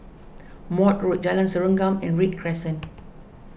Maude Road Jalan Serengam and Read Crescent